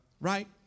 right